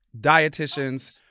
dietitians